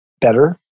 better